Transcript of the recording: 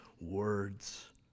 words